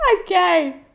Okay